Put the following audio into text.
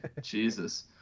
Jesus